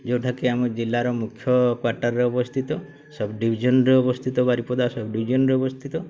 ଯେଉଁଟାକି ଆମ ଜିଲ୍ଲାର ମୁଖ୍ୟ କ୍ୱାର୍ଟରରେ ଅବସ୍ଥିତ ସବ୍ଡିଜନ୍ରେ ଅବସ୍ଥିତ ବାରିପଦା ସବ୍ଡିଭିଜନ୍ରେ ଅବସ୍ଥିତ